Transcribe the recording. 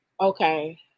okay